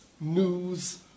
news